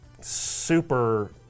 super